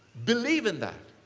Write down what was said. believe in that.